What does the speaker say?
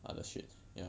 other shit ya